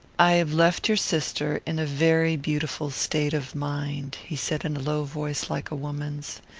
i have left your sister in a very beautiful state of mind, he said in a low voice like a woman's.